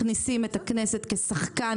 הם מכניסים את הכנסת כשחקן